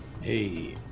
Hey